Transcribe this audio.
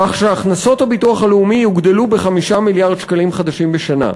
כך שהכנסות הביטוח הלאומי יוגדלו ב-5 מיליארד שקלים חדשים בשנה.